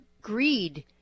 greed